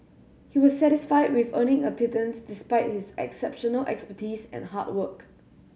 he was satisfied with earning a pittance despite his exceptional expertise and hard work